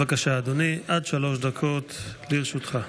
בבקשה, אדוני, עד שלוש דקות לרשותך.